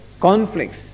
conflicts